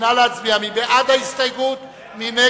נא להצביע על ההסתייגות של חברי הכנסת דב חנין,